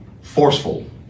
forceful